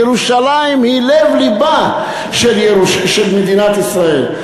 ירושלים היא לב-לבה של מדינת ישראל.